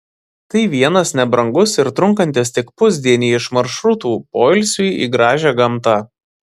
tai vienas nebrangus ir trunkantis tik pusdienį iš maršrutų poilsiui į gražią gamtą